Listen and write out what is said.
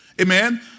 Amen